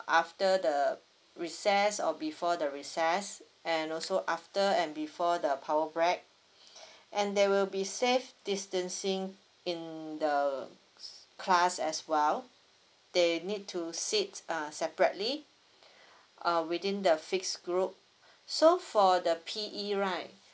after the recess or before the recess and also after and before the power break and there will be safe distancing in the class as well they need to sit err separately err within the fixed group so for the P_E right